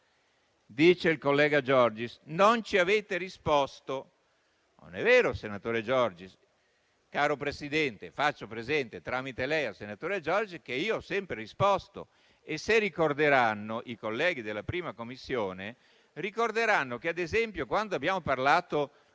Dice il collega Giorgis: non ci avete risposto. Non è vero, senatore Giorgis. Signor Presidente, faccio presente tramite lei al senatore Giorgis che io ho sempre risposto. I colleghi della 1a Commissione ricorderanno che, ad esempio, quando abbiamo parlato